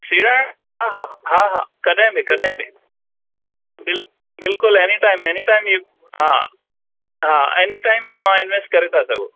सीड़ाइणु हा हा हा हा कॾहिं बि कॾहिं बि बिल बिल्कुल ऐनी टाइम ऐनी टाइम इहा हा हा ऐनी टाइम तव्हां इन्वेस्ट करे था सघो